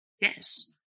Yes